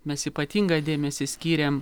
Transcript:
mes ypatingą dėmesį skyrėm